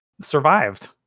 survived